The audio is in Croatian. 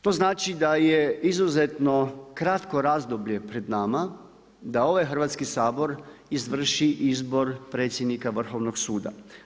To znači da je izuzetno kratko razdoblje pred nama, da ovaj Hrvatski sabor izvrši izbor predsjednika Vrhovnog suda.